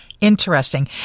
Interesting